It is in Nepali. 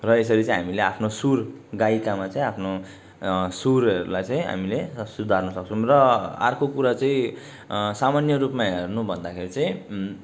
र यसरी चाहिँ हामीले आफ्नो सुर गायिकामा चाहिँ आफ्नो सुरहरूलाई चाहिँ हामीले सुधार्न सक्छौँ र अर्को कुरा चाहिँ सामान्य रूपमा हेर्नु भन्दाखेरि चाहिँ